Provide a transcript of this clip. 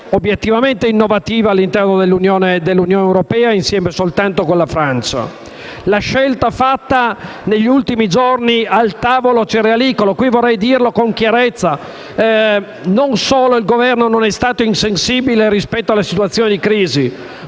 obiettivamente innovativa all'interno dell'Unione europea, insieme soltanto alla Francia. Quanto alla scelta compiuta negli ultimi giorni al tavolo cerealicolo, vorrei dire con chiarezza che, non solo il Governo non è stato insensibile rispetto alle situazioni di crisi,